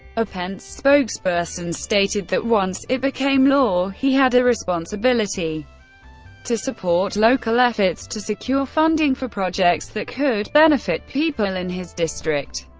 a pence spokesperson stated that once it became law, he had a responsibility to support local efforts to secure funding for projects that could benefit people in his district.